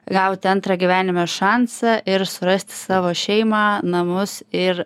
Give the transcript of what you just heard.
gauti antrą gyvenime šansą ir surasti savo šeimą namus ir